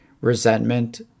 Resentment